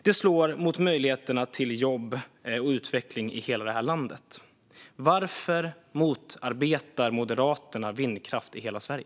Det slår mot möjligheterna till jobb och utveckling i hela det här landet. Varför motarbetar Moderaterna vindkraft i hela Sverige?